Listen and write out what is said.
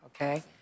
Okay